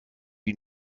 die